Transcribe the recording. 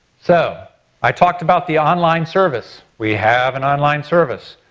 so i talked about the online service. we have an online service.